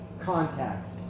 contacts